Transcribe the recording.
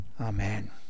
Amen